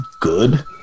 good